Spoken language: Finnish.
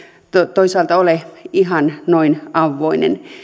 toisaalta ole ihan noin auvoinen